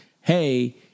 hey